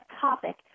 topic